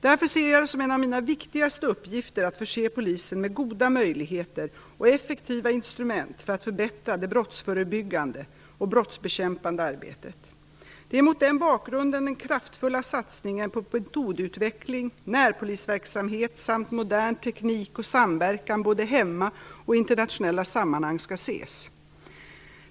Därför ser jag det som en av mina viktigaste uppgifter att förse polisen med goda möjligheter och effektiva instrument för att förbättra det brottsförebyggande och brottsbekämpande arbetet. Det är mot den bakgrunden den kraftfulla satsningen på metodutveckling, närpolisverksamhet samt modern teknik och samverkan både hemma och i internationella sammanhang skall ses.